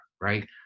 right